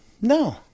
no